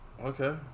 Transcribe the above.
Okay